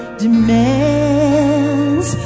demands